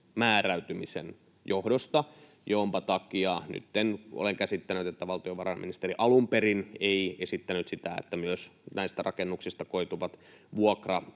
määräytymisen johdosta, minkä takia nytten olen käsittänyt, että valtiovarainministeriö alun perin ei esittänyt sitä, että myös näistä rakennuksista koituva vuokratulojen